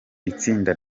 itsinda